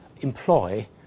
employ